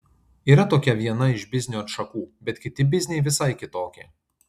yra tokia viena iš biznio atšakų bet kiti bizniai visai kitokie